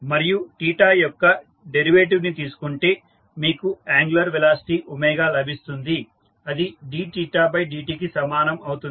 మరియు యొక్క డెరివేటివ్ ని తీసుకుంటే మీకు యాంగులర్ వెలాసిటీ లభిస్తుంది అది dθdt కి సమానం అవుతుంది